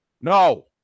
no